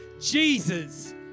Jesus